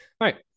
right